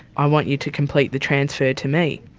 i want you to complete the transfer to me.